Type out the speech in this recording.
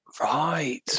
Right